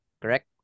Correct